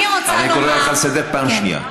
אני קורא אותך לסדר פעם שנייה.